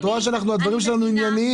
את רואה שהדברים שלנו ענייניים.